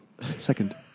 second